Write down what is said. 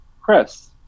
Chris